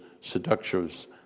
seductions